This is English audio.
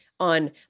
on